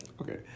Okay